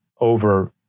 over